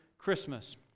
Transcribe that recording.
Christmas